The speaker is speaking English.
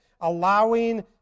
allowing